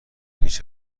گیج